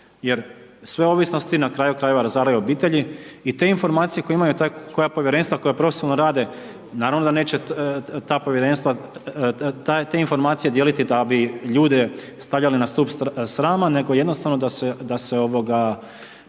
jer sve ovisnosti na kraju krajeva razaraju obitelji i te informacije koje imaju taj, koja povjerenstava koja profesionalno rade naravno da neće ta povjerenstva te informacije dijeliti da bi ljude stavljali na stup srama nego jednostavno da se ovoga